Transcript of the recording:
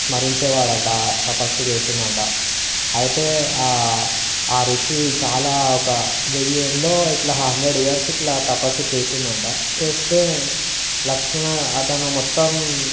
స్మరించే వాడట తపస్సు చేసాడట అయితే ఆ ఋషి చాలా ఒక వెయ్యి ఏండ్లు ఇట్లా హండ్రెడ్ ఇయర్స్ ఇట్లా తపస్సు చేసాడంట చేస్తే లక్ష్మీనారాయణ అతను మొత్తం